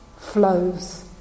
flows